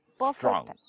Strong